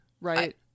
right